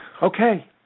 Okay